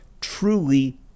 truly